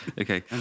Okay